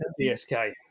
BSK